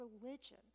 religion